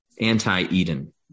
anti-eden